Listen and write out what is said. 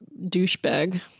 douchebag